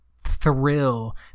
thrill